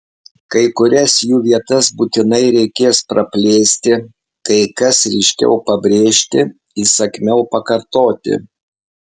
kai kurias jų vietas būtinai reikės praplėsti kai kas ryškiau pabrėžti įsakmiau pakartoti